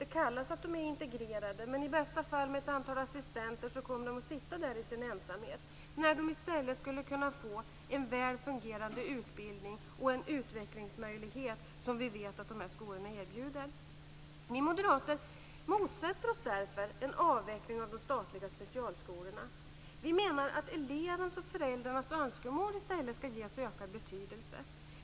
Det heter att de är integrerade men de kommer i bästa fall med ett antal assistenter att sitta där i sin ensamhet när de i stället skulle kunna få en väl fungerande utbildning och en utvecklingsmöjlighet som vi vet att de här skolorna erbjuder. Vi moderater motsätter oss därför en avveckling av de statliga specialskolorna. Vi menar att elevens och föräldrarnas önskemål i stället ska ges ökad betydelse.